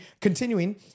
continuing